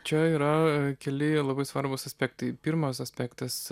čia yra keli labai svarbūs aspektai pirmas aspektas